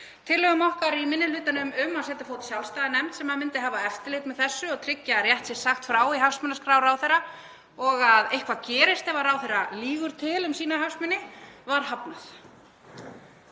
Tillögum okkar í minni hlutanum um að setja á fót sjálfstæða nefnd sem myndi hafa eftirlit með þessu og tryggja að rétt sé sagt frá í hagsmunaskrá ráðherra og að eitthvað gerist ef ráðherra lýgur til um sína hagsmuni var hafnað.